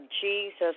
Jesus